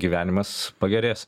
gyvenimas pagerės